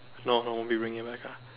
no I won't be bringing back